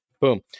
Boom